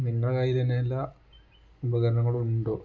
നിങ്ങളുടെ കയ്യിൽ തന്നെ എല്ലാ ഉപകരണങ്ങളും ഉണ്ടോ